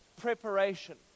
preparation